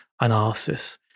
analysis